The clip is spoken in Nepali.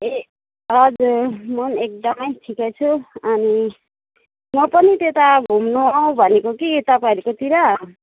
ए हजुर म नि एकदमै ठिकै छु अनि म पनि त्यता घुम्नु आउँ भनेको कि तपाईँहरूकोतिर